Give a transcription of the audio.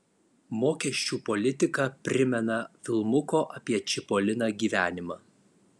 mokesčių politika primena filmuko apie čipoliną gyvenimą